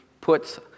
puts